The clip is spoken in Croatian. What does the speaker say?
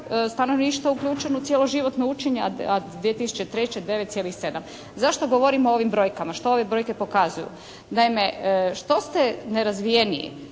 stanovništva uključeno u cijeloživotno učenje, a 2003. 9,7. Zašto govorim o ovim brojkama? Što ove brojke pokazuju? Naime, što ste nerazvijeniji